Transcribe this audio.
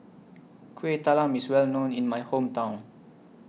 Kuih Talam IS Well known in My Hometown